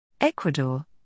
Ecuador